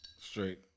straight